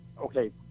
okay